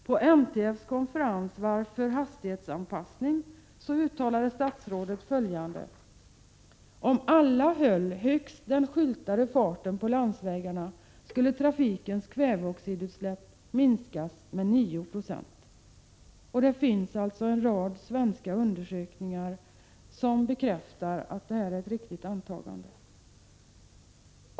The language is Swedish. På NTF:s konferens ”Varför hastighetsanpassning?” uttalade statrådet följande: ”Om alla höll högst den skyltade farten på landsvägarna skulle trafikens kväveoxidutsläpp minskas med 9 96”. Det finns också en rad svenska undersökningar som bekräftar att detta antagande är riktigt.